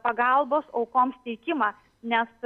pagalbos aukoms teikimą nes